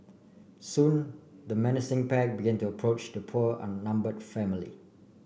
soon the menacing pack began to approach the poor on numbered family